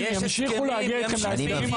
ימשיכו להגיע איתכם להסדרים --- יש הסכמים.